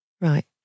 Right